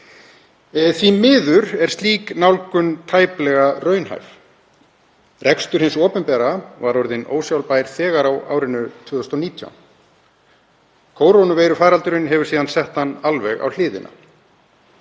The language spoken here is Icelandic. því miður er slík nálgun tæplega raunhæf. Rekstur hins opinbera var orðinn ósjálfbær þegar á árinu 2019. Kórónuveirufaraldurinn hefur síðan sett hann alveg á hliðina.